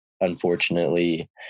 unfortunately